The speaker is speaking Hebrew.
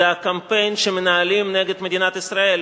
זה הקמפיין שמנהלים נגד מדינת ישראל,